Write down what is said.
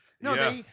No